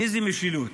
איזו משילות?